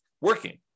working